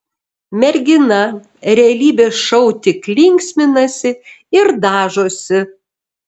mergina realybės šou tik linksminasi ir dažosi